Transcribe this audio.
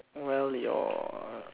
well your